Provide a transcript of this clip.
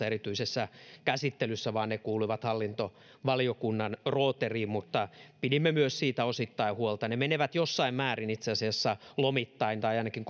erityisessä käsittelyssä vaan ne kuuluivat hallintovaliokunnan rooteliin mutta pidimme myös siitä osittain huolta ne menevät jossain määrin itse asiassa lomittain tai ainakin